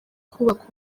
kubaka